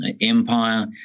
empire